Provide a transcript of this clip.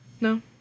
No